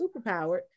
superpowered